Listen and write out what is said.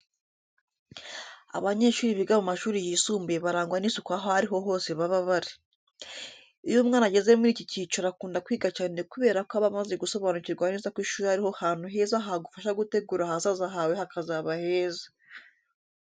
Abanyeshuri biga mu mashuri yisumbuye barangwa n'isuku aho ari ho hose baba bari. Iyo umwana ageze muri iki cyiciro akunda kwiga cyane kubera ko aba amaze gusobanukirwa neza ko ishuri ari ho hantu heza hagufasha gutegura ahazaza hawe hakazaba heza.